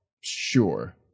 sure